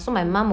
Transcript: hmm